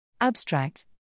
Abstract